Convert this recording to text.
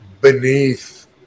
beneath